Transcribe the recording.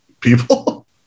people